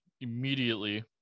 immediately